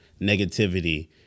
negativity